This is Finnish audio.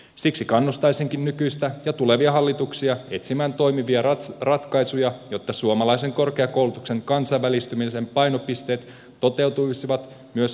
siksi kannustaisinkin nykyistä ja tulevia hallituksia etsimään toimivia ratkaisuja jotta suomalaisen korkeakoulutuksen kansainvälistymisen painopisteet toteutuisivat myös ammattikorkeakoulujen osalta